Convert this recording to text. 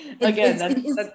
Again